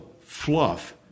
fluff